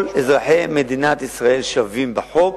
כל אזרחי מדינת ישראל שווים בפני החוק,